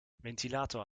ventilator